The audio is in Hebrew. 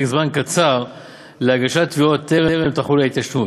זמן קצר להגשת תביעות טרם תחול ההתיישנות.